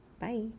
bye